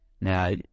now